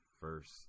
first